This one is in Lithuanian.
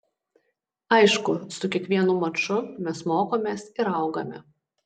aišku su kiekvienu maču mes mokomės ir augame